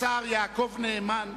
השר יעקב נאמן,